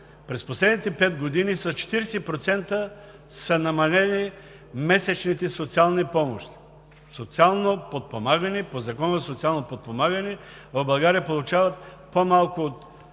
през последните пет години с 40% са намалени месечните социални помощи. Социално подпомагане по Закона за социално подпомагане в България получават по-малко от